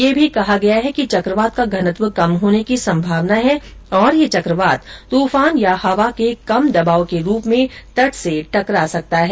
यह भी कहा गया है कि चक्रवात का घनत्व कम होने की संभावना है और यह चक्रवात तूफान या हवा के कम दबाव के रूप में तट से टकरा सकता है